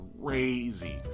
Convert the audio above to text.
crazy